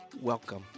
welcome